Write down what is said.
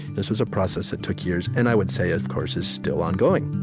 this was a process that took years, and i would say, of course, is still ongoing